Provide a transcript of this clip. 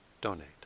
donate